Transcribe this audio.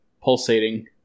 Pulsating